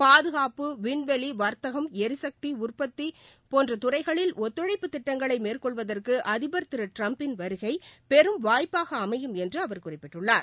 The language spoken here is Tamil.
பாதுகாட்பு விண்வெளி வர்த்தகம் ளிசக்தி உற்பத்தி போன்ற துறைகளில் ஒத்துழைப்பு திட்டங்களை மேற்கொள்வதற்கு அதிபர் திரு ட்டிரம்பின் வருகை பெரும் வாய்ப்பாக அமையும் என்று அவர் குறிப்பிட்டுள்ளார்